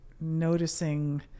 noticing